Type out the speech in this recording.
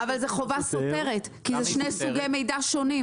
אבל זה חובה סותרת, כי זה שני סוגי מידע שונים.